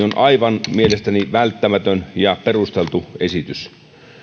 on mielestäni aivan välttämätön ja perusteltu esitys